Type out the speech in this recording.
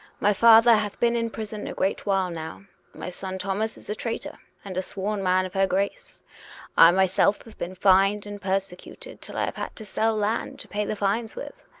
my father hath been in prison a great while now my son thomas is a traitor, and a sworn man of her grace i myself have been fined and persecuted till i have had to sell land to pay the fines with.